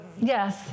yes